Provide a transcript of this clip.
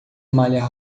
malha